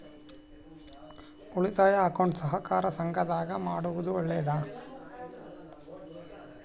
ಉಳಿತಾಯ ಅಕೌಂಟ್ ಸಹಕಾರ ಸಂಘದಾಗ ಮಾಡೋದು ಒಳ್ಳೇದಾ?